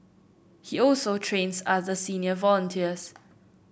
he also trains other senior volunteers